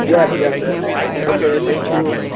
yes yes yes okay thank you